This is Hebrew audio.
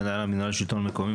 מנהל המינהל לשלטון מקומי,